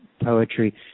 poetry